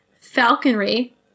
falconry